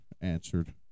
answered